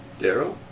Daryl